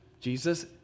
Jesus